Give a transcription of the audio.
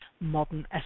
modern